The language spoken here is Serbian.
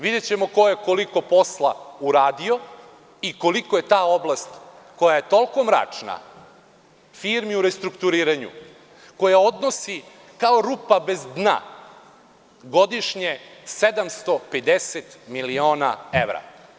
Videćemo ko je koliko posla uradio i koliko je ta oblast koja je toliko mračna firmi u restrukturiranju, koja odnosi kao rupa bez dna godišnje 750 miliona evra.